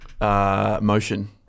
motion